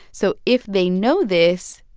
so if they know this,